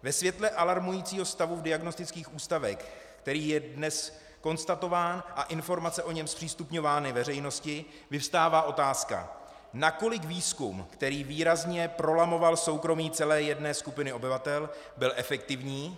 Ve světle alarmujícího stavu v diagnostických ústavech, který je dnes konstatován a informace o něm zpřístupňovány veřejnosti, vyvstává otázka, nakolik výzkum, který výrazně prolamoval soukromí celé jedné skupiny obyvatel, byl efektivní.